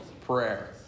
prayer